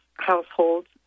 households